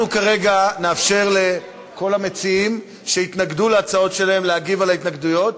אנחנו כרגע נאפשר לכל המציעים שהתנגדו להצעות שלהם להגיב על ההתנגדויות.